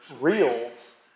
reels